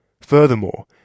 Furthermore